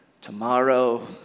tomorrow